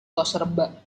toserba